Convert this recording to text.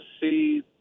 see